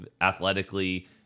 athletically